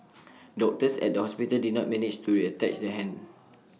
doctors at the hospital did not manage to reattach the hand